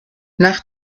nach